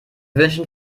wünschen